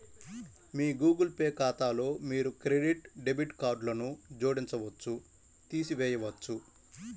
మీ Google pay ఖాతాలో మీరు మీ క్రెడిట్, డెబిట్ కార్డ్లను జోడించవచ్చు, తీసివేయవచ్చు